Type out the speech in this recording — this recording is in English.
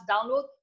download